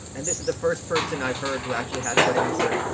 and this is the first person i've heard who actually had a good answer.